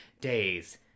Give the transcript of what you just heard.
days